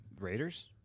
Raiders